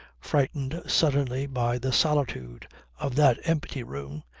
frightened suddenly by the solitude of that empty room,